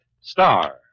Star